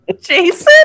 jason